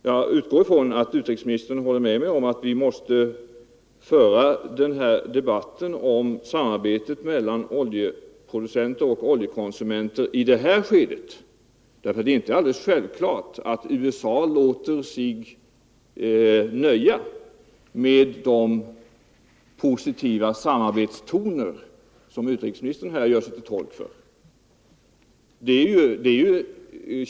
Jag utgår ifrån att utrikesministern håller med mig om att vi måste föra debatten om samarbetet mellan oljeproducenter och oljekonsumenter i det här skedet för det är långtifrån självklart att USA låter sig nöja med de positiva samarbetstoner som utrikesministern här gör sig till tolk för.